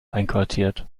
einquartiert